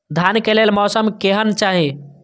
धान के लेल मौसम केहन चाहि?